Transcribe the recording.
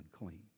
unclean